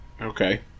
Okay